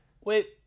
Wait